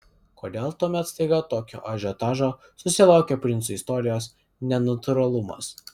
kodėl tuomet staiga tokio ažiotažo susilaukė princų istorijos nenatūralumas